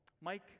Mike